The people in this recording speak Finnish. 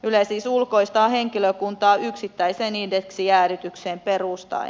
yle siis ulkoistaa henkilökuntaa yksittäiseen indeksijäädytykseen perustaen